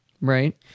Right